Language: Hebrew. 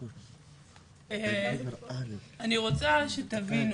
אני רוצה שתבינו,